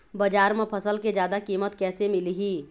बजार म फसल के जादा कीमत कैसे मिलही?